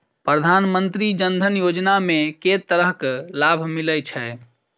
प्रधानमंत्री जनधन योजना मे केँ तरहक लाभ मिलय छै?